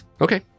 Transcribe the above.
Okay